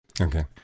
Okay